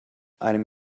einem